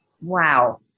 Wow